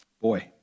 boy